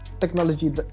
technology